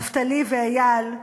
נפתלי ואיל,